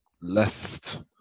left